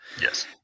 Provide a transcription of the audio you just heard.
Yes